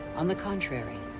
on the contrary,